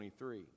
23